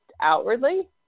outwardly